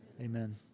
Amen